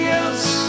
else